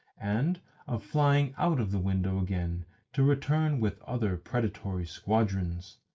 and of flying out of the window again to return with other predatory squadrons.